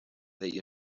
they